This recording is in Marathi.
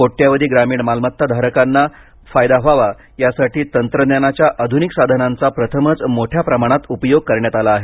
कोट्यावधी ग्रामीण मालमत्ता धारकांना फायदा व्हावा यासाठी तंत्रज्ञानाच्या आधुनिक साधनांचा प्रथमच मोठ्या प्रमाणात उपयोग करण्यात आला आहे